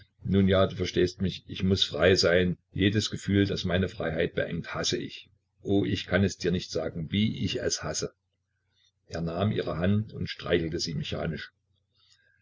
nun ja du verstehst mich ich muß frei sein jedes gefühl das meine freiheit beengt hasse ich o ich kann es dir nicht sagen wie ich es hasse er nahm ihre hand und streichelte sie mechanisch